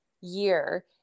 year